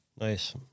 Nice